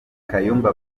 kayumba